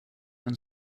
and